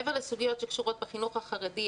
מעבר לסוגיות שקשורות בחינוך החרדי,